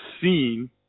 seen